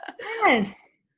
Yes